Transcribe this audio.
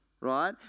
right